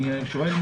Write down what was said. אני שואל בכלל.